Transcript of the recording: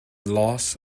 loss